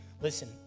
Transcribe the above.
Listen